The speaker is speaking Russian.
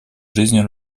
жизнью